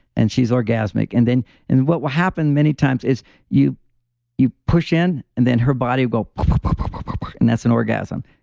and she's orgasmic. and then what will happen many times is you you push in and then her body will pop-pop-pop and that's an orgasm.